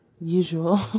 usual